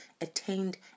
Attained